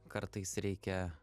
kartais reikia